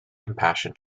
compassion